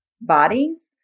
bodies